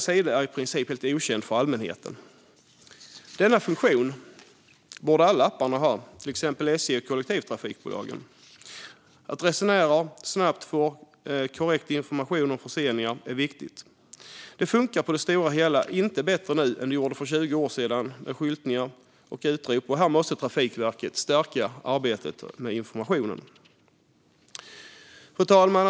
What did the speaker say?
Sidan är i princip helt okänd för allmänheten, men den funktionen borde alla appar ha, till exempel SJ och kollektivtrafikbolagen. Att resenärer snabbt får korrekt information om förseningar är viktigt. Det funkar på det stora hela inte bättre nu än det gjorde för 20 år sedan med skyltningar och utrop. Här måste Trafikverket stärka arbetet med informationen. Fru talman!